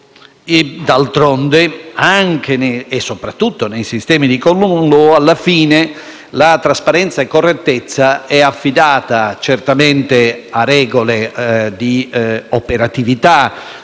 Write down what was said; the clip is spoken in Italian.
D'altronde, anche e soprattutto nei sistemi di *common law*, alla fine la trasparenza e la correttezza sono affidate a regole di operatività